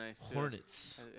Hornets